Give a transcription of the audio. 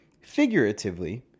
figuratively